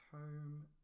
home